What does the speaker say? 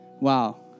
wow